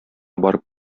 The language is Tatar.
барып